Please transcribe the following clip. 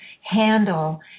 handle